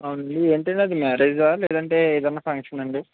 అవునా ఏంటండీ అది మ్యారేజా లేదంటే ఎదైన ఫంక్షనాండి